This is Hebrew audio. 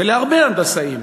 ולהרבה הנדסאים.